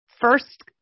First